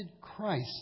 Christ